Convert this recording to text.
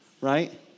right